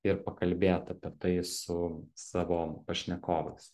ir pakalbėt apie tai su savo pašnekovais